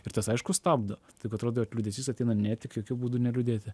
ir tas aišku stabdo taip atrodo liūdesys ateina ne tik jokiu būdu neliūdėti